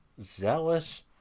Zealous